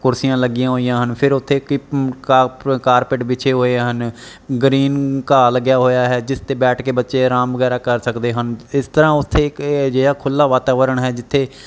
ਕੁਰਸੀਆਂ ਲੱਗੀਆਂ ਹੋਈਆਂ ਹਨ ਫਿਰ ਉੱਥੇ ਕ ਕਾਪੇ ਕਾਰਪੈਟ ਵਿਛੇ ਹੋਏ ਹਨ ਗਰੀਨ ਘਾਹ ਲੱਗਿਆ ਹੋਇਆ ਹੈ ਜਿਸ 'ਤੇ ਬੈਠ ਕੇ ਬੱਚੇ ਆਰਾਮ ਵਗੈਰਾ ਕਰ ਸਕਦੇ ਹਨ ਇਸ ਤਰ੍ਹਾਂ ਉੱਥੇ ਕ ਅਜਿਹਾ ਖੁੱਲ੍ਹਾ ਵਾਤਾਵਰਨ ਹੈ ਜਿੱਥੇ